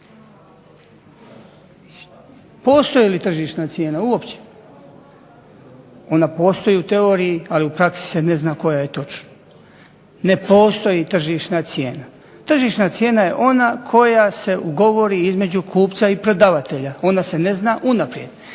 Postoji li tržišna cijena uopće. Ona postoji u teoriji ali u praksi se ne zna koja je točno. Ne postoji tržišna cijena. Tržišna cijena je ona koja se ugovori između kupca i prodavatelja, ona se ne zna unaprijed.